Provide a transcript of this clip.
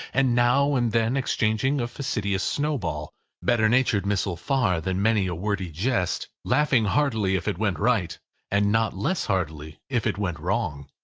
and now and then exchanging a facetious snowball better-natured missile far than many a wordy jest laughing heartily if it went right and not less heartily if it went wrong.